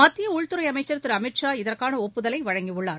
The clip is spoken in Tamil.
மத்திய உள்துறை அமைச்சர் திரு அமித் ஷா இதற்கான ஒப்புதலை வழங்கியுள்ளார்